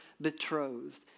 betrothed